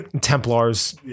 Templars